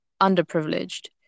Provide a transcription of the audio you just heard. underprivileged